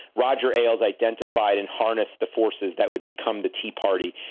roger ailes identified and harnessed the forces that would become the tea party.